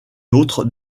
autre